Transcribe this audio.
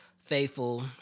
Faithful